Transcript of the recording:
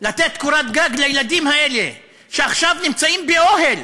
לתת קורת גג לילדים האלה, שעכשיו נמצאים באוהל.